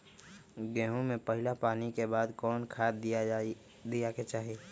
गेंहू में पहिला पानी के बाद कौन खाद दिया के चाही?